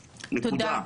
נקודה.